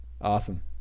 Awesome